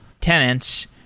tenants